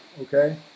Okay